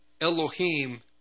Elohim